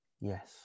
yes